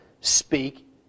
speak